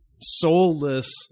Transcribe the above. soulless